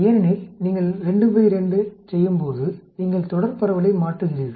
ஏனெனில் நீங்கள் 2 2 ஐச் செய்யும்போது நீங்கள் தொடர் பரவலை மாற்றுகிறீர்கள்